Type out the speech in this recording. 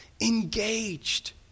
engaged